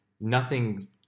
nothing's